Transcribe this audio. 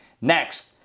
Next